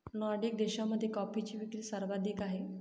Nordic देशांमध्ये कॉफीची विक्री सर्वाधिक आहे